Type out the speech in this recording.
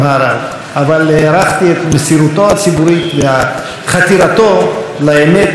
אבל הערכתי את מסירותו הציבורית וחתירתו לאמת כפי שהבין אותה.